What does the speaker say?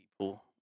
people